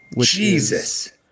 Jesus